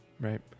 right